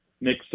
Nick